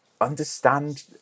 Understand